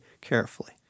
carefully